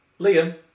Liam